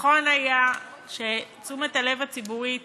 נכון היה שתשומת הלב הציבורית